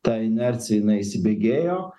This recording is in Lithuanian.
ta inercija jinai įsibėgėjo